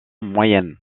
moyenne